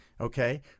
okay